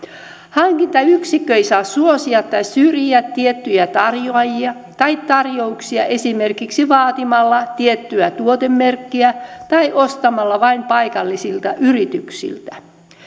hankintayksikkö ei saa suosia tai syrjiä tiettyjä tarjoajia tai tarjouksia esimerkiksi vaatimalla tiettyä tuotemerkkiä tai ostamalla vain paikallisilta yrityksiltä